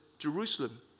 Jerusalem